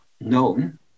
known